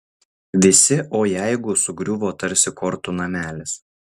visi o jeigu sugriuvo tarsi kortų namelis